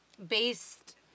based